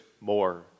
more